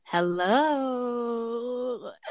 Hello